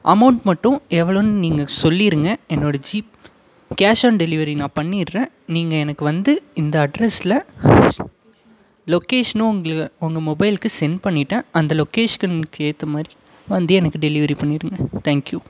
amount மட்டும் எவ்வளோன்னு நீங்கள் சொல்லிடுங்க என்னோட ஜீப் கேஷ் ஆன் டெலிவரி நான் பண்ணிடுறேன் நீங்கள் எனக்கு வந்து இந்த அட்ரஸில் லொக்கேஷனும் உங்களை உங்கள் மொபைலுக்கு செண்ட் பண்ணிவிட்டேன் அந்த லொக்கேஷ்கனுக்கு ஏற்ற மாதிரி வந்து எனக்கு டெலிவரி பண்ணிவிடுங்க தேங்க் யூ